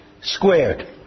squared